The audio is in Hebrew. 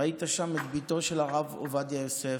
ראית שם את בתו של הרב עובדיה יוסף,